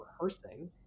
rehearsing